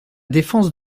défense